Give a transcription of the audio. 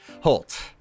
Holt